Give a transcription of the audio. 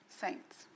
saints